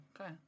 okay